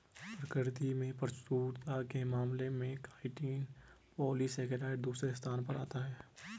प्रकृति में प्रचुरता के मामले में काइटिन पॉलीसेकेराइड दूसरे स्थान पर आता है